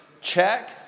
Check